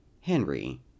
Henry